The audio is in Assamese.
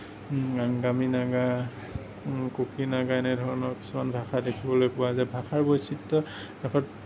আংগামী নাগা কুকি নাগা এনেধৰণৰ কিছুমান ভাষা দেখিবলৈ পোৱা যায় ভাষাৰ বৈচিত্ৰ